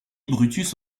brutus